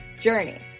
journey